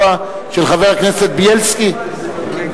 אלכוהוליים, שביוזמת חבר הכנסת דני דנון,